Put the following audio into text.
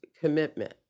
commitment